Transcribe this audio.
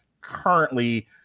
currently